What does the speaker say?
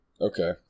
Okay